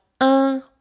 un